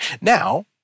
Now